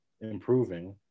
Improving